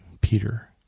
Peter